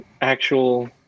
actual